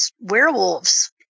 werewolves